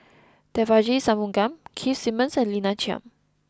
Devagi Sanmugam Keith Simmons and Lina Chiam